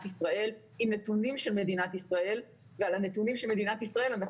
ישראל עם נתונים של מדינת ישראל ועל הנתונים של ישראל אנחנו